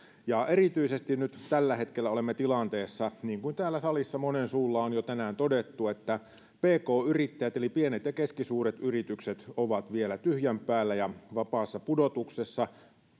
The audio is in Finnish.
erityisesti tällä hetkellä olemme tilanteessa niin kuin täällä salissa monen suulla on jo tänään todettu että pk yrittäjät eli pienet ja keskisuuret yritykset ovat vielä tyhjän päällä ja vapaassa pudotuksessa